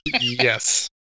Yes